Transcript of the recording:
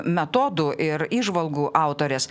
metodų ir įžvalgų autorės